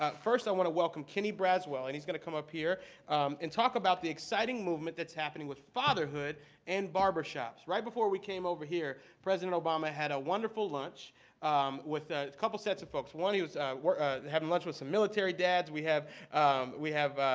ah first, i want to welcome kenny braswell, and he's going to come up here and talk about the exciting movement that's happening with fatherhood and barbershops. right before we came over here, president obama had a wonderful lunch with a couple sets of folks. one, he was having lunch with some military dads. we have we have